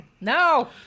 No